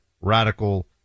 radical